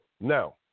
Now